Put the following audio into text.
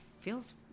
feels